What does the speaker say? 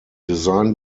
design